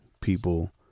people